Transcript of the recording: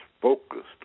focused